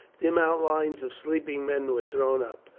dim outlines of sleeping men were thrown up.